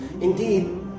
Indeed